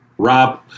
Rob